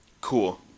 cool